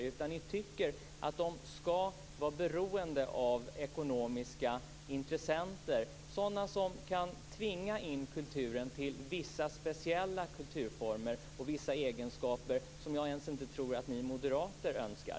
I stället tycker ni att de skall vara beroende av ekonomiska intressenter, sådana som kan tvinga in kulturen i vissa speciella kulturformer och till vissa egenskaper som jag inte tror att ens ni moderater önskar.